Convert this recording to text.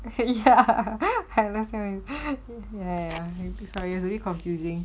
ya I left him ya ya ya sorry it's a bit confusing